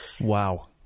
Wow